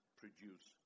produce